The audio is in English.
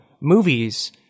Movies